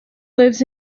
lives